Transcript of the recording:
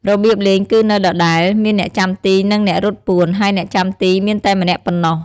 របៀបលេងគឺនៅដដែល មានអ្នកចាំទី និង អ្នករត់ពួន ហើយអ្នកចាំទីមានតែម្នាក់ប៉ុណ្ណោះ។